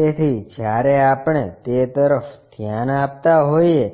તેથી જ્યારે આપણે તે તરફ ધ્યાન આપતા હોઈએ